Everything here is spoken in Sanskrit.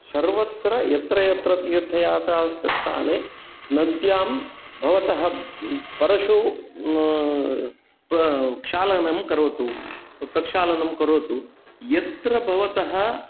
सर्वत्र यत्र यत्र तीर्थयात्रा स्थाने नद्यां भवतः परशु प्रक्षालनं करोतु प्रक्षालनं करोतु यत्र भवतः